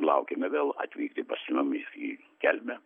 laukiame vėl atvykti pas mumis į kelmę